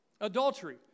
Adultery